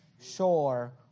sure